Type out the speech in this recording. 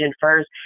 first